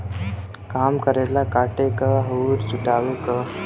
काम करेला काटे क अउर जुटावे क